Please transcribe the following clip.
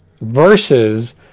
Versus